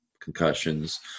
concussions